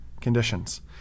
conditions